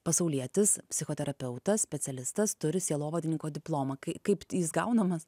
pasaulietis psichoterapeutas specialistas turi sielovadininko diplomą kai kaip jis gaunamas